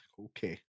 okay